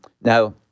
now